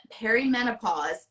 perimenopause